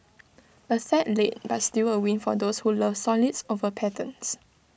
A sad late but still A win for those who love solids over patterns